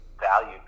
value